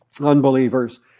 unbelievers